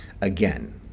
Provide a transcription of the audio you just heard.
again